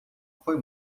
foi